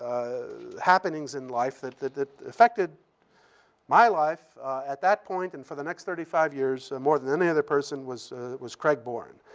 happenings in life that that affected my life at that point and for the next thirty five years, more than any other person, was was craig bohren.